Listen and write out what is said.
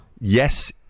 Yes